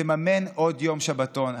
תממן עוד יום שבתון.